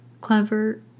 Clever